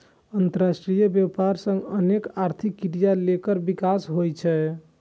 अंतरराष्ट्रीय व्यापार सं अनेक आर्थिक क्रिया केर विकास होइ छै